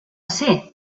ser